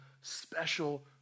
special